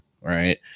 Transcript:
right